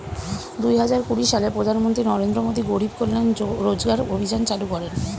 দুহাজার কুড়ি সালে প্রধানমন্ত্রী নরেন্দ্র মোদী গরিব কল্যাণ রোজগার অভিযান চালু করেন